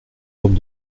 robe